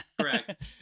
Correct